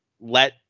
let